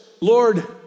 Lord